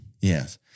Yes